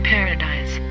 Paradise